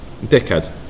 Dickhead